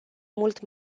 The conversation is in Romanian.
mult